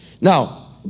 Now